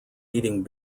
eating